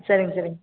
சரிங்க சரிங்க